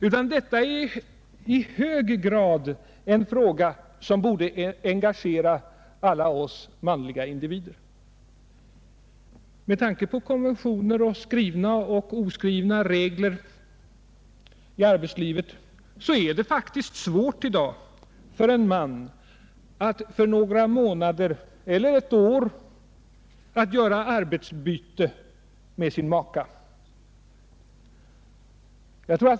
Men detta är i hög grad en fråga som borde engagera alla oss manliga individer. Med tanke på konventioner och skrivna och oskrivna regler i arbetslivet är det faktiskt svårt i dag för en man att för några månader eller ett år göra arbetsbyte med sin maka.